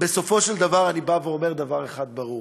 בסופו של דבר אני אומר דבר אחד ברור: